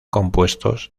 compuestos